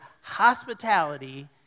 hospitality